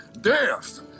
death